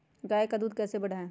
गाय का दूध कैसे बढ़ाये?